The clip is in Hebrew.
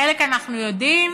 חלק אנחנו יודעים